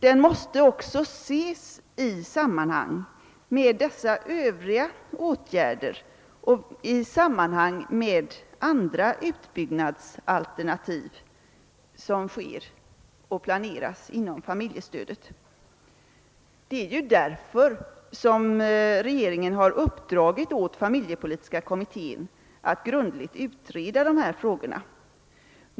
Denna fråga måste också ses i sammanhang med des sa Övriga åtgärder och i sammanhang med de andra utbyggnadsalternativ inom familjestödet som planeras. Det är därför som regeringen uppdragit åt familjepolitiska kommittén att grundligt utreda dessa frågor.